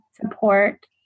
Support